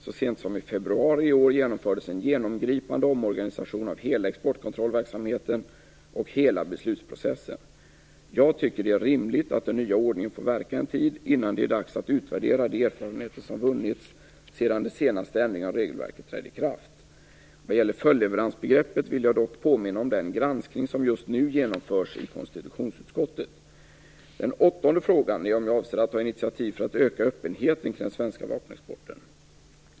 Så sent som i februari i år genomfördes en genomgripande omorganisation av hela exportkontrollverksamheten och hela beslutsprocessen. Jag tycker det är rimligt att den nya ordningen får verka en tid innan det är dags att utvärdera de erfarenheter som vunnits sedan de senaste ändringarna av regelverket trädde i kraft. Vad gäller följdleveransbegreppet vill jag dock påminna om den granskning som just nu genomförs i konstitutionsutskottet. Den åttonde frågan är om jag avser att ta initiativ för att öka öppenheten kring den svenska vapenexporten.